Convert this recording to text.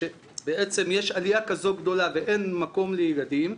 שבעצם יש עלייה כזו גדולה ואין מקום לילדים,